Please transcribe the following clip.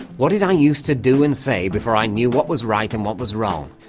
what did i used to do and say before i knew what was right and what was wrong?